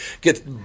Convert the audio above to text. Get